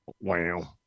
wow